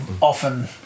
often